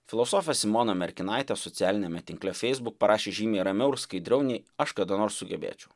filosofė simona merkinaitė socialiniame tinkle facebook parašė žymiai ramiau ir skaidriau nei aš kada nors sugebėčiau